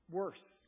worse